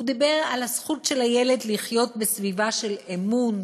הוא דיבר על הזכות של הילד לחיות בסביבה של אמון,